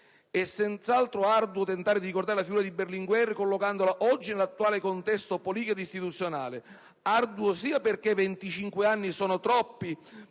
È senz'altro arduo tentare di ricordare la figura di Berlinguer collocandola oggi nell'attuale contesto politico e istituzionale. Arduo anche perché venticinque anni sono troppi